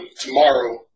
tomorrow